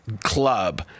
club